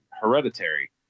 hereditary